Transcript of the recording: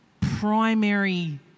primary